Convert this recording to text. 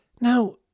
Now